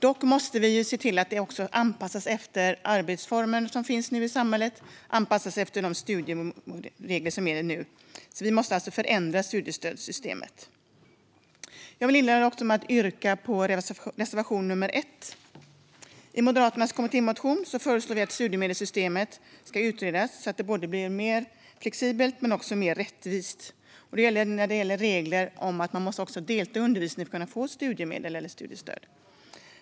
Dock måste vi se till att det också anpassas efter den arbetsform som finns i samhället och de studieregler som gäller nu. Vi måste alltså förändra studiestödssystemet. Jag vill inleda med att yrka bifall till reservation 1. I Moderaternas kommittémotion föreslår vi att studiemedelssystemet ska utredas så att det blir både mer flexibelt och mer rättvist. Det handlar också om regler om att man måste delta i undervisning för att kunna få studiemedel eller studiestöd.